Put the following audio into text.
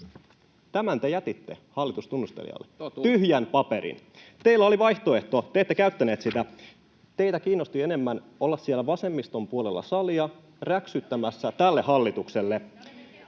Tämän te jätitte hallitustunnustelijalle, tyhjän paperin. Teillä oli vaihtoehto. Te ette käyttäneet sitä. Teitä kiinnosti enemmän olla siellä vasemmiston puolella salia räksyttämässä tälle hallitukselle.